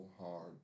hard